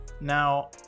now